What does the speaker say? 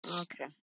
Okay